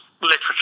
literature